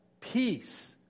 Peace